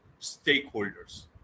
stakeholders